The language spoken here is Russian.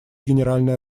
генеральной